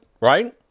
Right